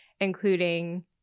including